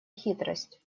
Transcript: хитрость